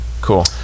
Cool